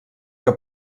que